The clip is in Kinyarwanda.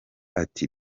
ati